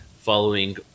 following